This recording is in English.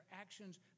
actions